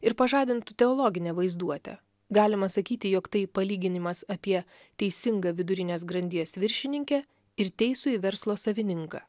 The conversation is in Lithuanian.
ir pažadintų teologinę vaizduotę galima sakyti jog tai palyginimas apie teisingą vidurinės grandies viršininkę ir teisųjį verslo savininką